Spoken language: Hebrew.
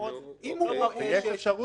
אז ממה נפשך?